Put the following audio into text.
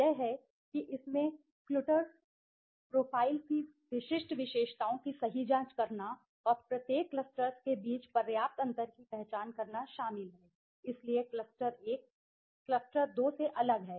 cluster व्याख्या यह है कि इसमें क्लुटर्स प्रोफाइलclutters' profile की विशिष्ट विशेषताओं की सही जांच करना और प्रत्येक क्लस्टर्स के बीच पर्याप्त अंतर की पहचान करना शामिल है इसलिए क्लस्टर 1 क्लस्टर 2 से अलग है